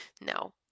No